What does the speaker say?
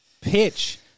pitch